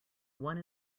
one